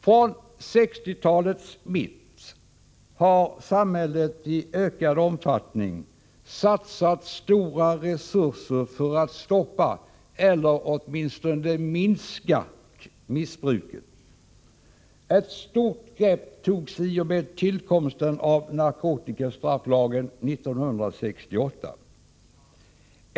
Från 1960-talets mitt har samhället i ökad omfattning satsat stora resurser för att stoppa eller åtminstone minska missbruket. Ett stort grepp togs i och med tillkomsten av narkotikastrafflagen 1968.